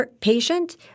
patient